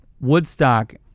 Woodstock